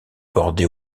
bordée